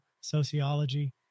sociology